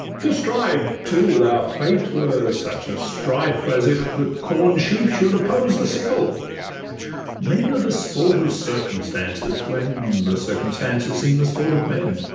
to strive, too, with our fate were such a strife as if the corn-sheaf should oppose the sickle men are the sport of circumstances, when the circumstances seem the sport of men